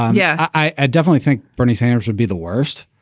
yeah, i definitely think bernie sanders would be the worst.